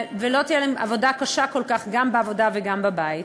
ולא תהיה להן עבודה קשה כל כך גם בעבודה וגם בבית,